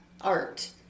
art